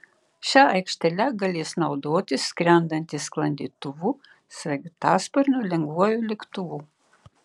šia aikštele galės naudotis skrendantys sklandytuvu sraigtasparniu lengvuoju lėktuvu